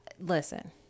Listen